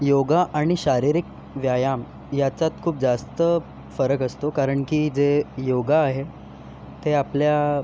योगा आणि शारिरीक व्यायाम याच्यात खूप जास्त फरक असतो कारण की जे योगा आहे ते आपल्या